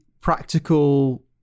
practical